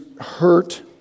hurt